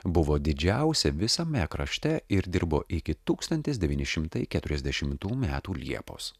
buvo didžiausia visame krašte ir dirbo iki tūkstantis devyni šimtai keturiasdešimtų metų liepos